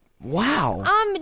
Wow